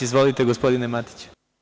Izvolite, gospodine Matiću.